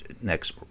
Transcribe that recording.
next